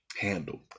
handled